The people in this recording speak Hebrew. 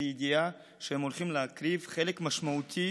ובידיעה שהם הולכים להקריב חלק משמעותי